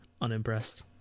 unimpressed